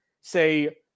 say